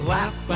Laugh